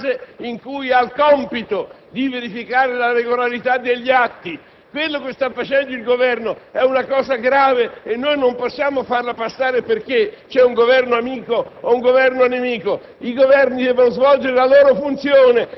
quello giurisdizionale che attiene alla Corte dei conti nella fase in cui ha il compito di verificare la regolarità degli atti. Quello che sta facendo il Governo è grave e non possiamo farlo passare in ragione